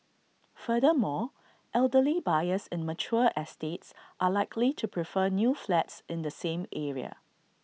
furthermore elderly buyers in mature estates are likely to prefer new flats in the same area